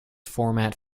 format